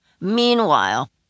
Meanwhile